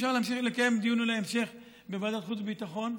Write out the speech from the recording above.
אפשר להמשיך לקיים דיון המשך בוועדת חוץ וביטחון.